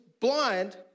blind